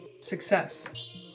success